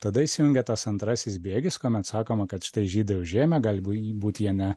tada įsijungia tas antrasis bėgis kuomet sakoma kad štai žydai užėmę gal būt jie ne